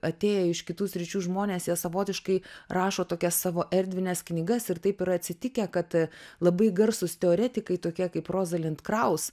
atėję iš kitų sričių žmonės jie savotiškai rašo tokias savo erdvines knygas ir taip yra atsitikę kad labai garsūs teoretikai tokie kaip rozalind kraus